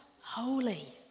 holy